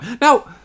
Now